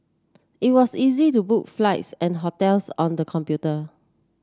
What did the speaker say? it was easy to book flights and hotels on the computer